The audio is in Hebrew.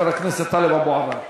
חבר הכנסת טלב אבו עראר.